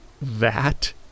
That